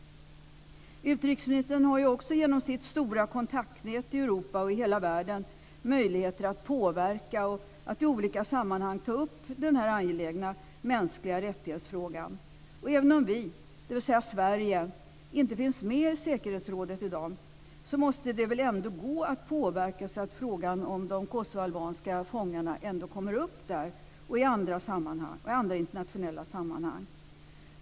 Utrikesministern har också genom sitt stora kontaktnät i Europa och i hela världen möjligheter att påverka och i olika sammanhang ta upp denna angelägna mänskligarättighetsfråga. Även om vi, dvs. Sverige, inte finns med i säkerhetsrådet i dag måste det väl ändå gå att påverka så att frågan om de kosovoalbanska fångarna kommer upp där och i andra internationella sammanhang.